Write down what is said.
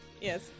Yes